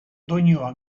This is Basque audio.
doinua